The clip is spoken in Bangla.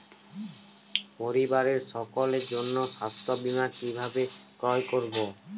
পরিবারের সকলের জন্য স্বাস্থ্য বীমা কিভাবে ক্রয় করব?